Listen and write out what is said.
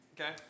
Okay